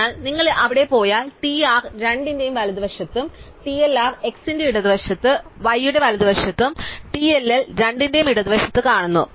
അതിനാൽ നിങ്ങൾ അവിടെ പോയാൽ TR രണ്ടിന്റെയും വലതുവശത്തും TLR x ന്റെ ഇടതുവശത്ത് y യുടെ വലതുവശത്തും TLL രണ്ടിന്റെയും ഇടതുവശത്തും കാണുന്നു